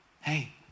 hey